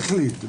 לא החליט.